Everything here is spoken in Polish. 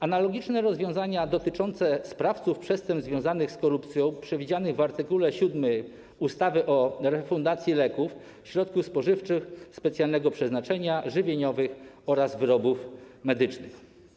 Analogiczne rozwiązania dotyczące sprawców przestępstw związanych z korupcją przewidziano w art. 7 ustawy o refundacji leków, środków spożywczych specjalnego przeznaczenia żywieniowego oraz wyrobów medycznych.